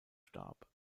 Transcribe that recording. starb